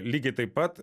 lygiai taip pat